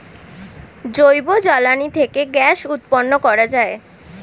জৈব জ্বালানি থেকে গ্যাস উৎপন্ন করা যায়